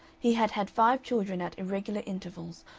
he had had five children at irregular intervals,